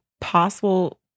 possible